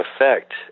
effect